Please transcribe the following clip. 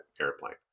airplane